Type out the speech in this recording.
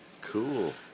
Cool